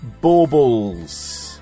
baubles